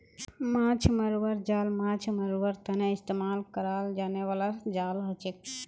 माछ मरवार जाल माछ मरवार तने इस्तेमाल कराल जाने बाला जाल हछेक